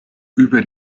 über